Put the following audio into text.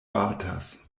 batas